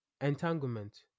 Entanglement